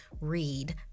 read